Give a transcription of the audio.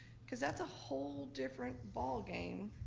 cause that's a whole different ball game